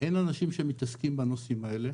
אין אנשים שמתעסקים בנושאים האלה.